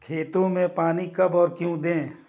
खेत में पानी कब और क्यों दें?